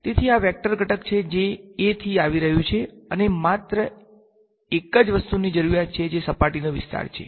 તેથી આ વેક્ટર ઘટક છે જે A થી આવી રહ્યું છે અને મને માત્ર એક જ વસ્તુની જરૂર છે જે સપાટીનો વિસ્તાર છે